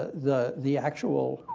the the actual